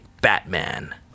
Batman